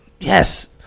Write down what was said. Yes